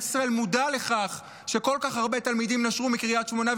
ישראל מודע לכך שכל כך הרבה תלמידים מקריית שמונה נשרו,